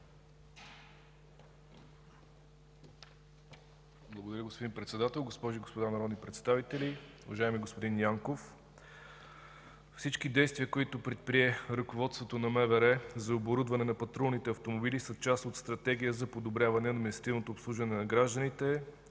Благодаря, господин Председател. Госпожи и господа народни представители! Уважаеми господин Янков, всички действия, които предприе ръководството на МВР за оборудване на патрулните автомобили, са част от стратегия за подобряване на административното обслужване на гражданите